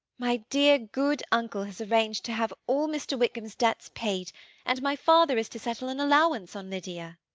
my dear good uncle has arranged to have all mr. wickham's debts paid and my father is to settle an allowance on lydia.